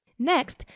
next,